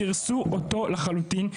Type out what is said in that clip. סירסו אותו לחלוטין,